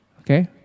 Okay